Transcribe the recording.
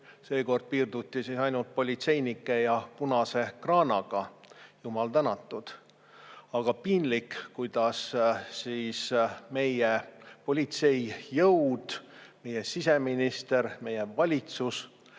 Seekord piirduti ainult politseinike ja punase kraanaga. Jumal tänatud! Aga piinlik, kuidas meie politseijõud, meie siseminister, meie valitsus